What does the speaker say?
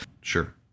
Sure